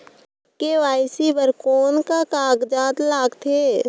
KYC बर कौन का कागजात लगथे?